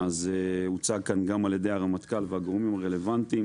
הוא הוצג כאן גם על ידי הרמטכ"ל והגורמים הרלוונטיים,